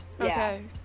Okay